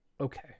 Okay